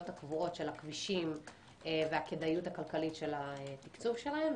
הקבועות של הכבישים והכדאיות הכלכלית של התקצוב שלהם.